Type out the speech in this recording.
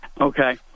Okay